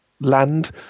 land